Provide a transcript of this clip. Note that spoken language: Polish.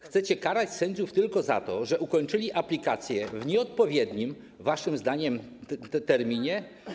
Chcecie karać sędziów tylko za to, że ukończyli aplikację w nieodpowiednim waszym zdaniem terminie.